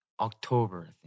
October